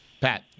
Pat